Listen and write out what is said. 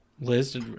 Liz